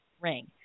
ring